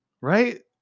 right